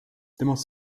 temast